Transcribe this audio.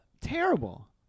Terrible